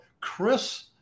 Chris